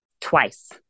twice